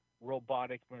robotic